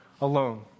alone